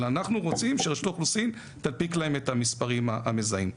אלא אנחנו רוצים שרשות האוכלוסין תנפיק להם את המספרי המזהים.